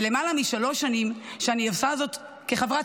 למעלה משלוש שנים שאני עושה זאת כחברת